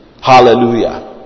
Hallelujah